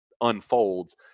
unfolds